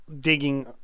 digging